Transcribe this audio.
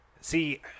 see